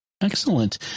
Excellent